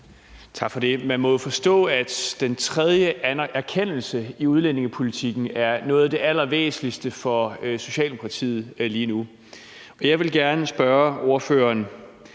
Tak for det. Man må jo forstå, at den tredje erkendelse i udlændingepolitikken er noget af det allervæsentligste for Socialdemokratiet lige nu. Jeg vil gerne spørge ordføreren